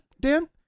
Dan